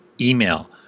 email